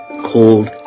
called